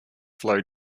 flow